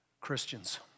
Christians